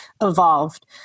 evolved